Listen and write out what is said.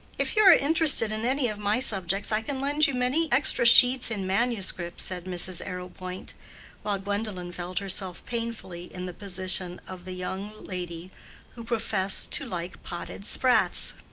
if you are interested in any of my subjects i can lend you many extra sheets in manuscript, said mrs. arrowpoint while gwendolen felt herself painfully in the position of the young lady who professed to like potted sprats.